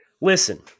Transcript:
Listen